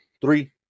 Three